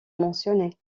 mentionnés